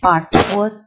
आम्ही कधी जाऊ